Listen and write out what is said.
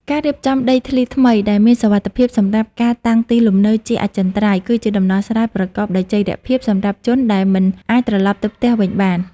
ការរៀបចំដីធ្លីថ្មីដែលមានសុវត្ថិភាពសម្រាប់ការតាំងទីលំនៅជាអចិន្ត្រៃយ៍ គឺជាដំណោះស្រាយប្រកបដោយចីរភាពសម្រាប់ជនដែលមិនអាចត្រឡប់ទៅផ្ទះវិញបាន។